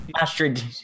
astrid